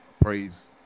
Praise